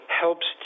helps